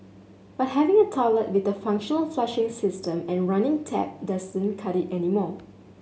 but having a toilet with a functional flushing system and running tap doesn't cut it anymore